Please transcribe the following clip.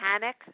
panic